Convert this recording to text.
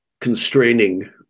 constraining